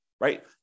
Right